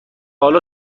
حالا